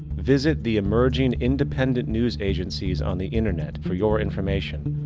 visit the emerging independent news agencies on the internet for your information.